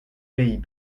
pays